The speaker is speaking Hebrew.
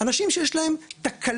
אנשים שיש להם תקלות